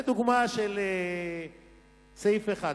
זו דוגמה של סעיף אחד.